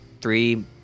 three